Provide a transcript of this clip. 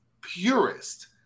purest